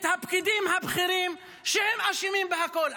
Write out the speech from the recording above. את הפקידים הבכירים, שהם אשמים בכול.